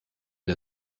der